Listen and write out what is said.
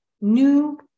new